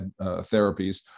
therapies